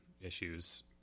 issues